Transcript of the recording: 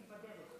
אמרו שהיא בדרך.